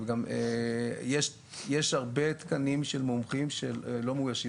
יש הרבה תקנים של מומחים שלא מאוישים